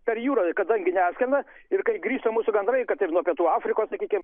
per jūrą kadangi neskrenda ir kai grįžta mūsų gandrai kad ir nuo pietų afrikos sakykim